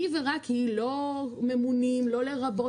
ורק היא, לא ממונים, לא לרבות